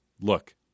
look